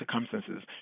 circumstances